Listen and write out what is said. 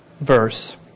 verse